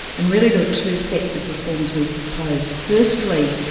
and really, there were two sets of reforms we proposed. firstly,